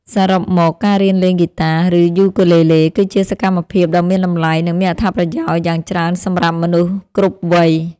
សរុបមក ការរៀនលេងហ្គីតា ឬ យូគូលេលេ គឺជាសកម្មភាពដ៏មានតម្លៃ និងមានអត្ថប្រយោជន៍យ៉ាងច្រើនសម្រាប់មនុស្សគ្រប់វ័យ។